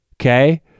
Okay